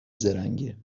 زرنگه